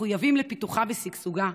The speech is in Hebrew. מחויבים לפיתוחה ושגשוגה,